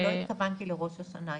אני לא התכוונתי לראש השנה,